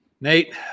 Nate